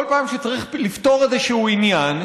כל פעם שצריך לפתור איזשהו עניין,